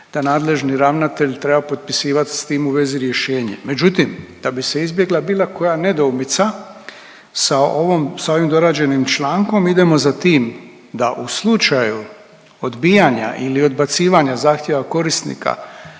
da nadležni ravnatelj treba potpisivat s tim u vezi rješenje. Međutim, da bi se izbjegla bilo koja nedoumica sa ovim dorađenim člankom idemo za tim da u slučaju odbijanja ili odbacivanja zahtjeva korisnika